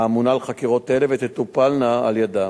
האמונה על חקירות אלה, ותטופלנה על-ידה.